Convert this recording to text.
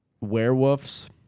Werewolves